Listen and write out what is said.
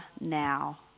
now